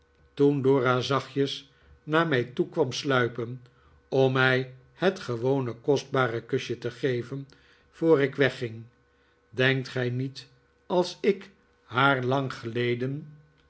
toen dora zachtjes naar mij toe kwam sluipen om mij het gewone kostbare kusje te geven voor ik wegging denkt gij niet als ik haar lang geleden